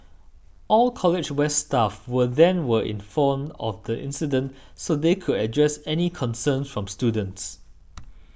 all College West staff were then were informed of the incident so they could address any concerns from students